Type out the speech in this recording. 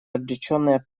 обреченная